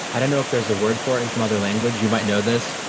i don't know if there's a word for it in some other language. you might know this,